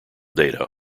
data